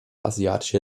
asiatische